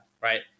right